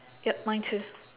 yup mine too